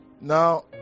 now